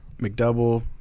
McDouble